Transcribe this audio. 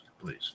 please